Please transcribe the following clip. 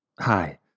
hi